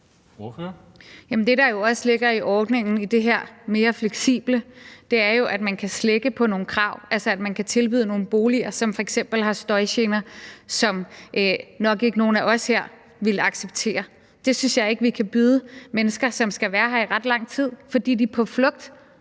det, der også ligger i ordningen med det her mere fleksible, er jo, at man kan slække på nogle krav, altså at man kan tilbyde nogle boliger, som f.eks. har støjgener, og som nok ikke nogen af os her ville acceptere. Det synes jeg ikke vi kan byde mennesker, som skal være her i ret lang tid, fordi de er på flugt.